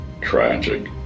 tragic